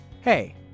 Hey